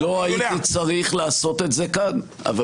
לא הייתי צריך לעשות את זה כאן -- אז לא --- יוליה.